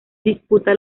disputa